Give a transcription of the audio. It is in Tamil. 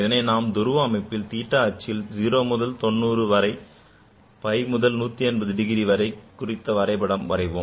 இதனை நாம் துருவ அமைப்பில் theta அச்சில் 0 முதல் 90 முதல் pi அல்லது 180 degrees வரை குறித்து வரைபடம் வரைவோம்